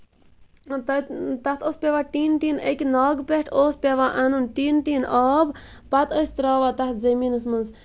تتہِ تَتھ اوس پیٚوان ٹیٖنہٕ ٹیٖنہٕ اَکہِ ناگہٕ پٮ۪ٹھ اوس پیٚوان اَنُن ٹِیٖنہٕ ٹِیٖنہٕ آب پَتہٕ ٲسۍ تراوان تَتھ زٔمیٖنَس منٛز